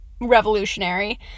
revolutionary